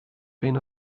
been